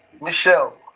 Michelle